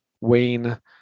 Wayne